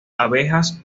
abejas